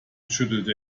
schüttelte